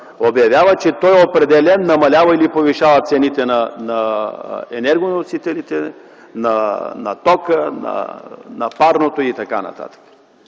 обявява, че той определя, намалява или повишава цените на енергоносителите, на тока, на парното и така нататък.